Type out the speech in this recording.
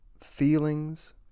feelings